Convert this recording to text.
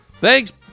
Thanks